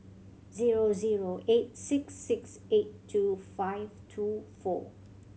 zero zero eight six six eight two five two four